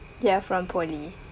ya from poly